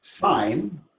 sign